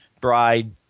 Bride